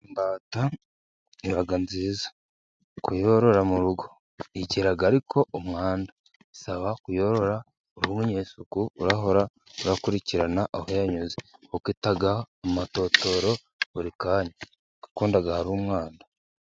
Imbata iba nziza kuyorora mu rugo. igira ariko umwanda, isaba kuyorora uri umunyesuku urahora ukurikirana aho yanyuze, kuko ita amatotoro buri kanya. Kuko ikunda ahari umwanda.